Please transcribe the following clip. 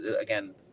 again